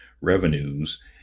revenues